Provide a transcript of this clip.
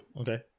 okay